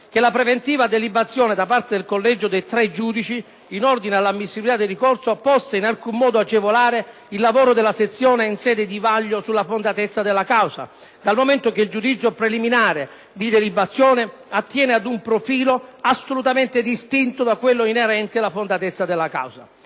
che la preventiva delibazione, da parte del collegio dei tre giudici, in ordine all’ammissibilita del ricorso, possa in alcun modo agevolare il lavoro della sezione in sede di vaglio sulla fondatezza della causa, dal momento che il giudizio preliminare di delibazione attiene ad un profilo assolutamente distinto da quello inerente la fondatezza della causa.